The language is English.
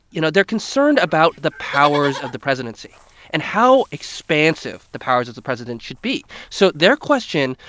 you know, they're concerned about the powers of the presidency and how expansive the powers of the president should be. so their question,